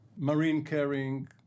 marine-carrying